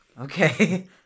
Okay